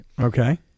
Okay